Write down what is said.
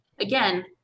again